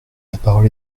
parole